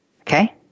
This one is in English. Okay